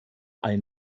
ein